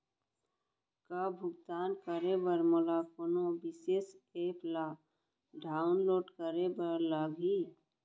का भुगतान करे बर मोला कोनो विशेष एप ला डाऊनलोड करे बर लागही